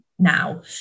now